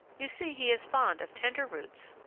you see he is fond of tender roots,